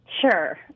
Sure